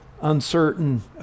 uncertain